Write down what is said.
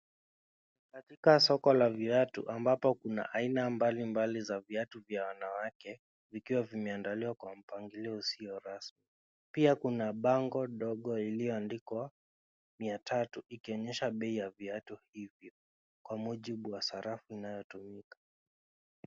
Katika soko la viatu ambapo kuna aina mbali mbali za viatu vya wanawake vikiwa vimeandaliwa kwa mpangilio usio rasmi pia kuna bango ndogo iliyo andikwa mia tatu ikionyesha bei ya viatu hivyo kwa mujibu wa sarafu iliyo tumika.